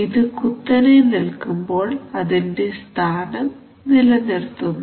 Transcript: ഇത് കുത്തനെ നിൽക്കുമ്പോൾ അതിന്റെ സ്ഥാനം നിലനിർത്തുന്നു